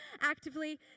actively